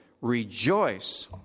Rejoice